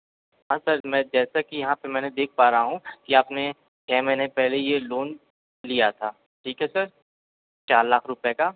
हाँ सर मैं जैसा कि यहाँ पे मैंने देख पा रहा हूँ की आपने छ महीने पहले ये लोन लिया था ठीक है सर चार लाख रूपये का